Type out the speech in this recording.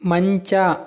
ಮಂಚ